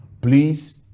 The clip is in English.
please